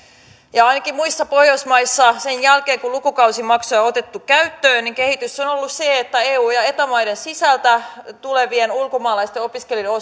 ja ainakin muissa pohjoismaissa sen jälkeen kun lukukausimaksuja on otettu käyttöön kehitys on ollut se että eu ja eta maiden sisältä tulevien ulkomaalaisten opiskelijoiden